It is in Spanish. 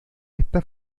está